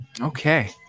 Okay